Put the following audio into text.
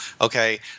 Okay